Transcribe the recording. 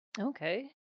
Okay